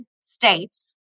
states